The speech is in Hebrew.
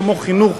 כמו חינוך,